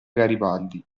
garibaldi